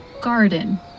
Garden